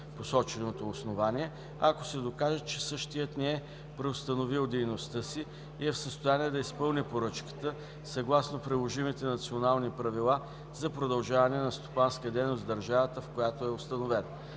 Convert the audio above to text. посоченото основание, ако се докаже, че същият не е преустановил дейността си и е в състояние да изпълни поръчката съгласно приложимите национални правила за продължаване на стопанската дейност в държавата, в която е установен.